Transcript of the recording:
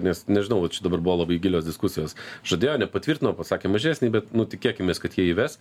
nes nežinau va čia dabar buvo labai gilios diskusijos žadėjo nepatvirtino pasakė mažesnį bet nu tikėkimės kad jie įves